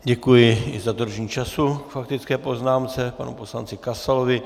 Děkuji za dodržení času k faktické poznámce panu poslanci Kasalovi.